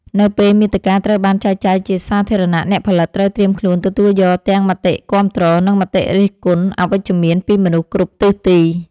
នៅពេលមាតិកាត្រូវបានចែកចាយជាសាធារណៈ អ្នកផលិតត្រូវត្រៀមខ្លួនទទួលយកទាំងមតិគាំទ្រ និងមតិរិះគន់អវិជ្ជមានពីមនុស្សគ្រប់ទិសទី។